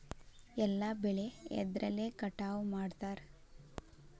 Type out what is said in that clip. ಎಲ್ಲ ಬೆಳೆ ಎದ್ರಲೆ ಕಟಾವು ಮಾಡ್ತಾರ್?